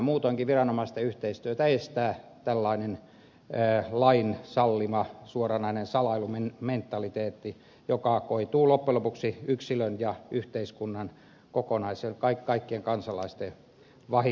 muutoinkin viranomaisten yhteistyötä estää tällainen lain sallima suoranainen salailumentaliteetti joka koituu loppujen lopuksi yksilön ja yhteiskunnan kaikkien kansalaisten vahingoksi